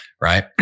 Right